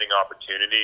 opportunity